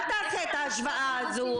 אל תעשה את ההשוואה הזאת.